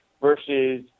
versus